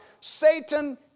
Satan